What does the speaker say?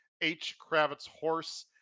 hkravitzhorse